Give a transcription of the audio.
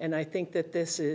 and i think that this is